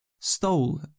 stole